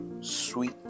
sweet